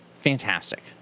Fantastic